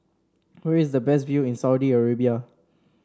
where is the best view in Saudi Arabia